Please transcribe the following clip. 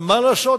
מה לעשות,